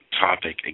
topic